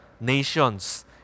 nations